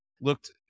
looked